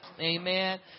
amen